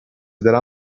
della